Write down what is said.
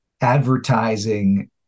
advertising